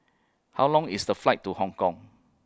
How Long IS The Flight to Hong Kong